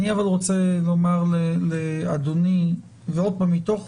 אבל אני רוצה לומר לאדוני, ועוד פעם, לא מתוך